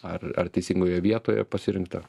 ar ar teisingoje vietoje pasirinkta